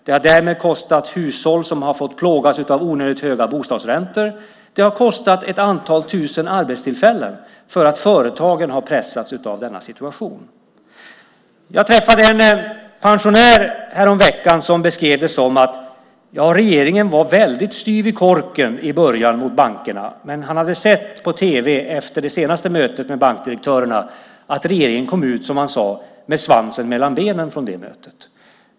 Det har därmed kostat för hushåll som har fått plågas av onödigt höga bostadsräntor. Det har kostat ett antal tusen arbetstillfällen för att företagen har pressats av denna situation. Jag träffade en pensionär häromveckan som beskrev det som att regeringen var väldigt styv i korken mot bankerna i början. Men han hade sett på tv efter det senaste mötet med bankdirektörerna att regeringen kom ut, som han sade, med svansen mellan benen från det mötet.